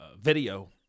video